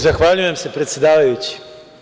Zahvaljujem, predsedavajući.